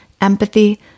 empathy